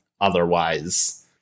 otherwise